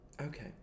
Okay